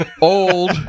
old